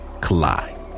collide